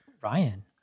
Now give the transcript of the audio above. Ryan